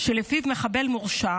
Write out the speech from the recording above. שבו מחבל מורשע